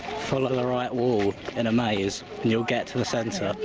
the the right wall, in a maze, and you'll get to the centre.